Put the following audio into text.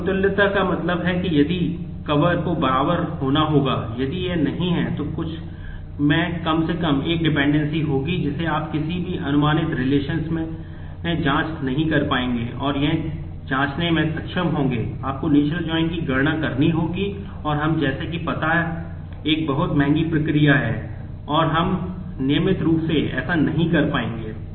तो समतुल्यता का मतलब है कि उनके कवर की गणना करनी होगी और हम जैसे हैं पता एक बहुत महंगी प्रक्रिया है और हम नियमित रूप से ऐसा नहीं कर पाएंगे